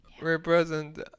represent